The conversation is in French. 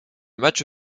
match